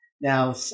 Now